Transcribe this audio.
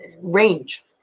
range